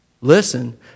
Listen